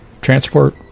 transport